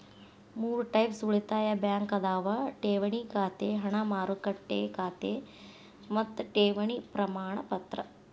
ಮೂರ್ ಟೈಪ್ಸ್ ಉಳಿತಾಯ ಬ್ಯಾಂಕ್ ಅದಾವ ಠೇವಣಿ ಖಾತೆ ಹಣ ಮಾರುಕಟ್ಟೆ ಖಾತೆ ಮತ್ತ ಠೇವಣಿ ಪ್ರಮಾಣಪತ್ರ